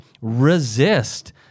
resist